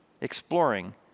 exploring